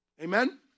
Amen